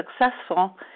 successful